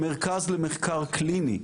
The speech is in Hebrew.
מרכז למחקר קליני,